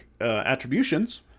attributions